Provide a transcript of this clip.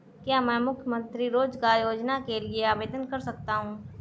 क्या मैं मुख्यमंत्री रोज़गार योजना के लिए आवेदन कर सकता हूँ?